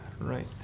right